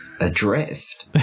adrift